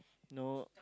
no